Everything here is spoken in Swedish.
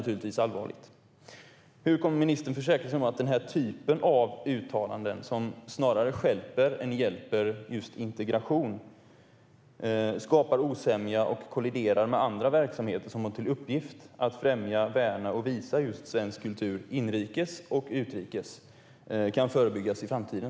Hur kommer ministern att försäkra sig om att den här typen av uttalanden, som snarare stjälper än hjälper just integration och som skapar osämja och kolliderar med andra verksamheter - verksamheter som har till uppgift att främja, värna och visa just svensk kultur, inrikes och utrikes - kan förebyggas i framtiden?